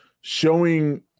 showing –